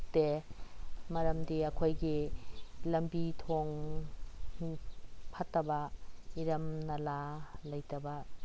ꯎꯠꯇꯦ ꯃꯔꯝꯗꯤ ꯑꯩꯈꯣꯏꯒꯤ ꯂꯝꯕꯤ ꯊꯣꯡ ꯐꯠꯇꯕ ꯏꯔꯝ ꯅꯂꯥ ꯂꯩꯇꯕ